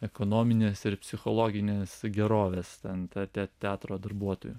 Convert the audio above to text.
ekonominės ir psichologinės gerovės ten te teatro darbuotojų